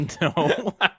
no